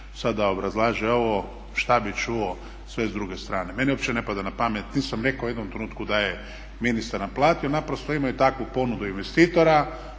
da obrazlaže ovo što bi čuo sve s druge strane. Meni uopće ne pada na pamet, niti sam rekao ni u jednom trenutku da je ministar naplatio, naprosto je imao takvu ponudu investitora,